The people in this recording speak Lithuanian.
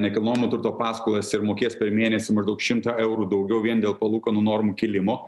nekilnojamo turto paskolas ir mokės per mėnesį maždaug šimtą eurų daugiau vien dėl palūkanų normų kilimo